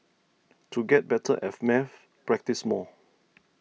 to get better at maths practise more